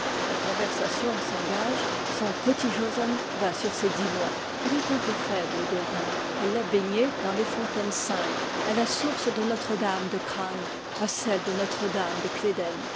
la conversation s'engage son petit jozon va sur ses dix mois il est un peu faible des reins elle l'a baigné dans les fontaines saintes à la source de notre-dame de krân à celle de notre-dame de cléden